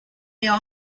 your